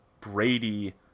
Brady